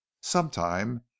sometime